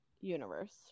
Universe